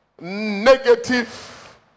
negative